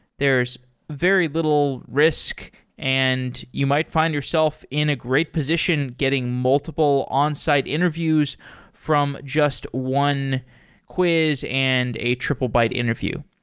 there's very little risk and you might find yourself in a great position getting multiple onsite interviews from just one quiz and a triplebyte interview.